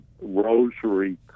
rosary